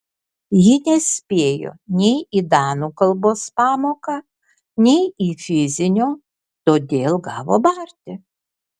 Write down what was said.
ji nespėjo nei į danų kalbos pamoką nei į fizinio todėl gavo barti